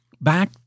Back